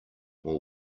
will